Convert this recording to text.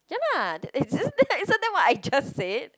ya lah isn't that isn't that what I just said